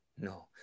no